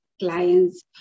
clients